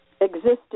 existed